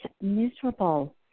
miserable